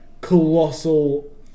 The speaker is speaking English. colossal